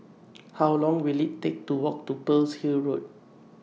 How Long Will IT Take to Walk to Pearl's Hill Road